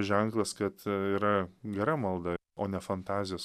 ženklas kad yra gera malda o ne fantazijos